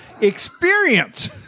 experience